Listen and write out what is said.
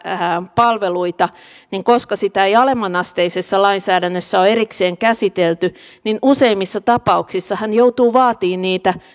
palveluita ja koska sitä ei alemmanasteisessa lainsäädännössä ole erikseen käsitelty niin useimmissa tapauksissa hän joutuu vaatimaan niitä